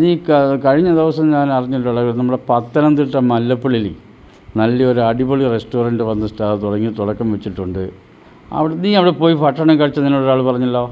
നീ ക കഴിഞ്ഞ ദിവസം ഞാൻ അറിഞ്ഞല്ലോടാ നമ്മുടെ പത്തനംതിട്ട മല്ലപ്പള്ളിയിലെ നല്ലെയൊരു അടിപൊളി റെസ്റ്റോറൻറ്റ് വന്ന് സ്റ്റാ തുടങ്ങി തുടക്കം വച്ചിട്ടുണ്ട് അവിട നീ അവിടെ പോയി ഭക്ഷണം കഴിച്ചെന്ന് എന്നോടൊരാള് പറഞ്ഞല്ലോ